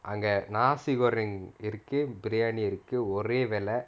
அங்க:anga nasi goreng இருக்கு:iruku biryani இருக்கு ஒரே விலை:biriyani iruku ore vilai